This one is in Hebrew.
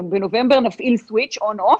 בנובמבר נפעיל סוויץ' און אוף,